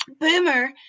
Boomer